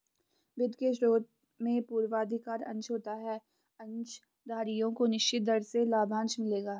वित्त के स्रोत में पूर्वाधिकार अंश होता है अंशधारियों को निश्चित दर से लाभांश मिलेगा